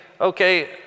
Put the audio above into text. okay